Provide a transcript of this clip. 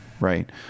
Right